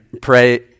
pray